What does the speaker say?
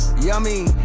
Yummy